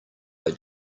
they